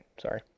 sorry